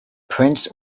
prince